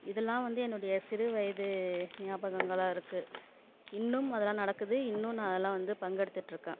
இதெலாம் வந்து என்னுடைய சிறு வயது நியாபகங்களாக இருக்கு இன்னும் அதெல்லாம் நடக்குது இன்னும் நான் அதெல்லாம் வந்து பங்கெடுத்துகிட்டு இருக்கேன்